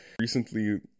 Recently